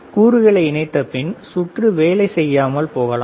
கூறுகளை இணைத்த பின் சுற்று வேலை செய்யாமல் போகலாம்